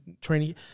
training